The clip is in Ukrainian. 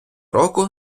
року